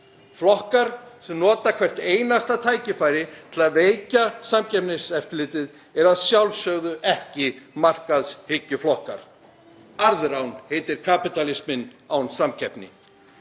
Flokkar sem nota hvert einasta tækifæri til að veikja Samkeppniseftirlitið eru að sjálfsögðu ekki markaðshyggjuflokkar. Arðrán heitir kapítalisminn án samkeppni.